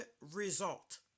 result